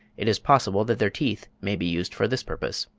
it is possible that their teeth may be used for this purpose.